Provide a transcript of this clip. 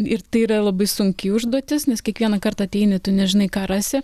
ir tai yra labai sunki užduotis nes kiekvieną kartą ateini tu nežinai ką rasi